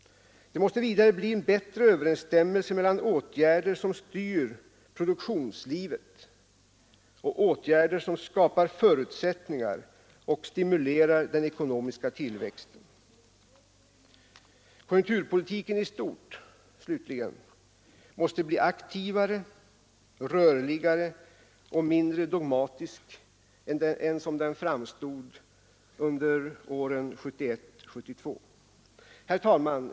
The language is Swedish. Det måste vidare bli en bättre överensstämmelse mellan åtgärder som styr produktionslivet och åtgärder som skapar förutsättningar och stimulerar den ekonomiska tillväxten. Konjunkturpolitiken i stort, slutligen, måste bli aktivare, rörligare och mindre dogmatisk än den framstod under åren 1971 och 1972. Herr talman!